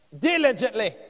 diligently